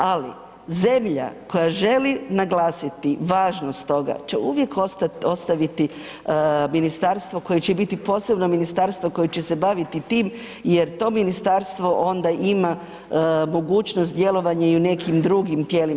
Ali zemlja koja želi naglasiti važnost toga će uvijek ostaviti ministarstvo koje će biti posebno ministarstvo koje će se baviti tim jer to ministarstvo onda ima mogućnost djelovanja i u nekim drugim tijelima.